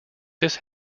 this